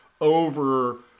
over